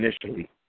initially